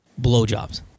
blowjobs